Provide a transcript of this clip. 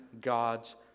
God's